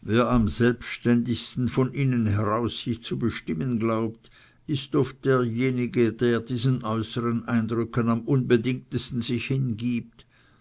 wer am selbständigsten von innen heraus sich zu bestimmen glaubt ist oft derjenige der diesen äußern eindrücken am unbedingtesten sich hingibt